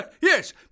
yes